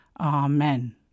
Amen